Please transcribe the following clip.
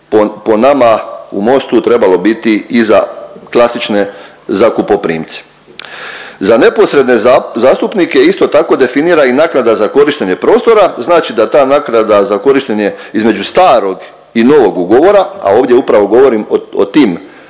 po nama u Mostu trebalo biti i za klasične zakupoprimce. Za neposredne zastupnike isto tako definira i naknada za korištenje prostora, znači da ta naknada za korištenje između starog i novog ugovora, a ovdje upravo govorim o tim